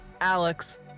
Alex